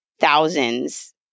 thousands